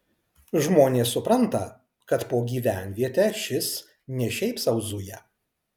žmonės supranta kad po gyvenvietę šis ne šiaip sau zuja